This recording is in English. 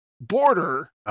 border